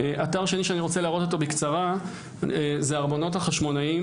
אתר שני שאני רוצה להראות אותו בקצרה זה ארמונות החשמונאים,